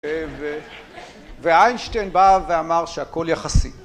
ואיינשטיין בא ואמר שהכל יחסי.